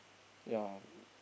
ya